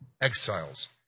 exiles